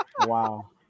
Wow